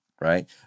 right